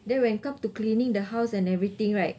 then when come to cleaning the house and everything right